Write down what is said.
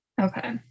okay